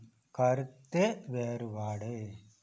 கருத்து வேறுபாடு